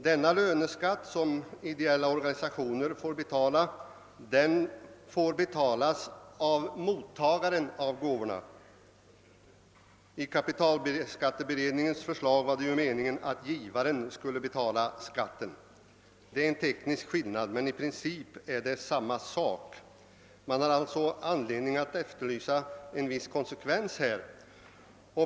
Denna löneskatt, som ideella organisationer får betala, får betalas av mottagaren av gåvorna. I kapitalskatteberedningens för slag var det meningen att givaren skulle betala skatten. Det är en teknisk skillnad, men i princip samma sak. Man har alltså som sagt anledning att fordra en viss konsekvens.